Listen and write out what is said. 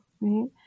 right